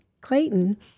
Clayton